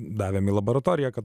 davėme į laboratoriją kad